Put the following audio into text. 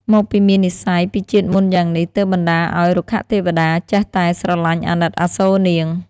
មកពីមាននិស្ស័យពីជាតិមុនយ៉ាងនេះ ទើបបណ្ដាលឱ្យ រុក្ខទេវតាចេះតែស្រលាញ់អាណិតអាសូរនាង។